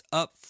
up